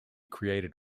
created